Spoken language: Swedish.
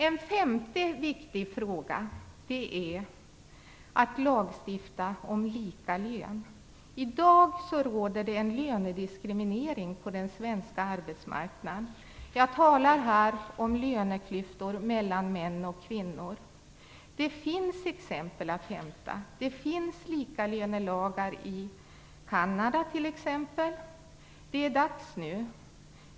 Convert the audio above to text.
En femte viktig fråga är att lagstifta om lika lön. I dag råder det en lönediskriminering på den svenska arbetsmarknaden. Jag talar här om löneklyftor mellan män och kvinnor. Det finns exempel att hämta. Det finns likalönelagar i t.ex. Kanada. Det är dags nu!